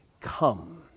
Come